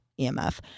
emf